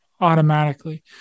automatically